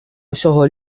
усього